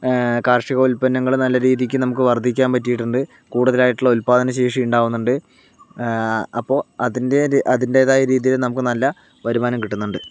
കാർഷിക ഉൽപ്പന്നങ്ങൾ നല്ല രീതിക്ക് നമുക്ക് വർദ്ധിക്കാൻ പറ്റിയിട്ടുണ്ട് കൂടുതൽ ആയിട്ടുള്ള ഉൽപാദന ശേഷി ഉണ്ടാവുന്നുണ്ട് അപ്പോ അതിൻ്റെ അതിൻ്റെ തായ രീതിയിൽ നമുക്ക് നല്ല വരുമാനം കിട്ടുന്നുണ്ട്